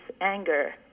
anger